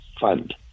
fund